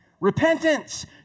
Repentance